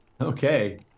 Okay